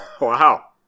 Wow